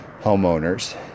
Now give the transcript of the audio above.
homeowners